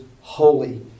holy